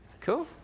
Cool